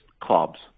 clubs